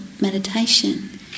meditation